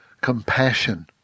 compassion